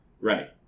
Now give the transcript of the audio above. right